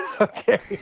Okay